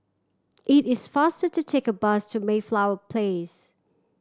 it is faster to take a bus to Mayflower Place